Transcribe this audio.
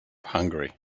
hungary